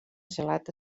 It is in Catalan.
gelat